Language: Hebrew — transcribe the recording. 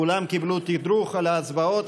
כולם קיבלו תדרוך על ההצבעות,